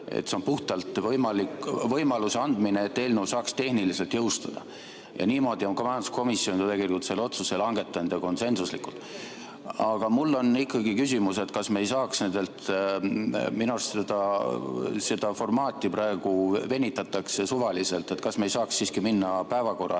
See on puhtalt võimaluse andmine, et eelnõu saaks tehniliselt jõustuda. Ja niimoodi on majanduskomisjon tegelikult selle otsuse langetanud, ja konsensuslikult. Aga mul on ikkagi küsimus, kas me ei saaks – minu arust seda formaati praegu venitatakse suvaliselt – siiski minna päevakorra